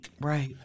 Right